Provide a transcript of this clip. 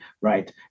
right